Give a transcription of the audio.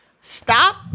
stop